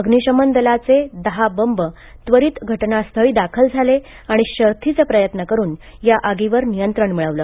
अग्निशमन दलाचे दहा बंब त्वरित घटनास्थळी दाखल झाले आणि शर्थीचे प्रयत्न करून या आगीवर नियंत्रण मिळवले